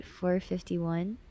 451